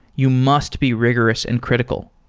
you must be rigorous and critical.